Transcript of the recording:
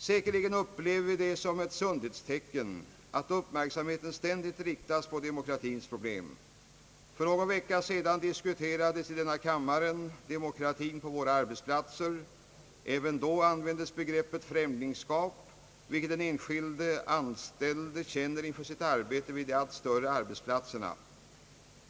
Säkerligen upplever vi det som ett sundhetstecken' att uppmärksamheten ständigt riktas på demokratins problem. För någon vecka sedan diskuterades i denna kammare demokratin på våra arbetsplatser. även då användes begreppet »främlingskap» för att uttrycka vad den enskilde anställde känner inför sitt arbete på de allt större arbetsplatserna.